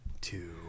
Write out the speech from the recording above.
two